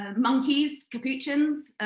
ah monkeys, capuchins,